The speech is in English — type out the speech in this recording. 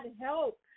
help